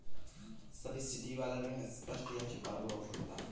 subsidy वाला ऋण स्पष्ट या छिपा हुआ हो सकता है